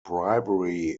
bribery